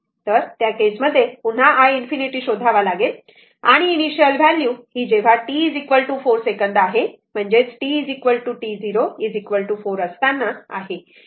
तर त्या केस मध्ये पुन्हा i ∞ शोधावा लागेल आणि इनिशियल व्हॅल्यू ही जेव्हा t 4 सेकंद आहे म्हणजे ते t t 0 4 असताना आहे